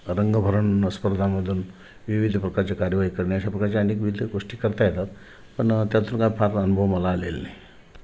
रंगभरण स्पर्धांमधून विविध प्रकारचे कार्यवाही करणे अशा प्रकारचे अनेक विविध गोष्टी करता येतात पण त्यातून काय फार अनुभव मला आलेला नाही